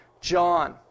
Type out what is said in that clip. John